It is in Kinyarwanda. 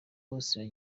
bose